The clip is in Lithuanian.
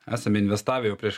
esam investavę jau prieš